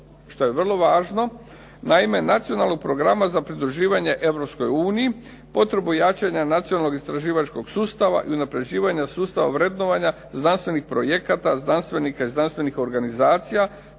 što je vrlo važno. Naime, nacionalnog programa za pridruživanje Europskoj uniji, potrebu jačanja nacionalnog istraživačkog sustava i unapređivanja sustava vrednovanja znanstvenih projekata, znanstvenika iz znanstvenih organizacija,